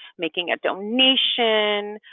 making a donation,